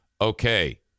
Okay